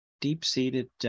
deep-seated